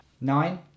Nine